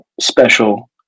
special